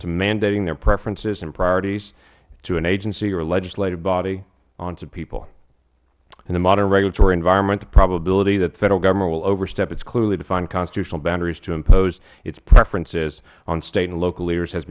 to mandating their preferences and priorities to an agency or legislative body onto people in the modern regulatory environment the probability that the federal government will overstep its clearly defined constitutional boundaries to impose its preferences on state and local leaders has